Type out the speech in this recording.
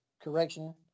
Correction